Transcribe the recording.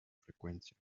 frecuencia